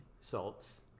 salts